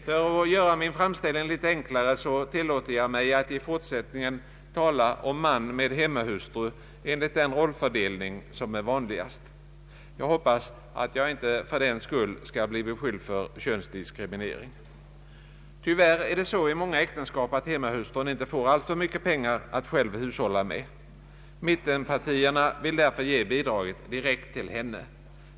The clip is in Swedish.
För att göra min framställning litet enklare tillåter jag mig att i fortsättningen tala om man med hemmahustru, enligt den rollfördelning som är vanligast. Jag hoppas att jag inte fördenskull skall bli beskylld för könsdiskriminering. Tyvärr är det så i många äktenskap att hemmahustrun inte får alltför mycket pengar att själv hushålla med. Mittenpartierna vill därför ge bidraget direkt till henne.